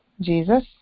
Jesus